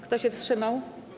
Kto się wstrzymał?